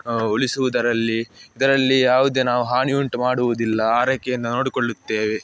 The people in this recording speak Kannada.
ಉಳಿಸುವುದರಲ್ಲಿ ಇದರಲ್ಲಿ ಯಾವುದೇ ನಾವು ಹಾನಿಯುಂಟು ಮಾಡುವುದಿಲ್ಲ ಆರೈಕೆಯಿಂದ ನೋಡಿಕೊಳ್ಳುತ್ತೇವೆ